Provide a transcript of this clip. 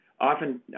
often